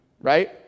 right